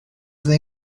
they